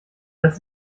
das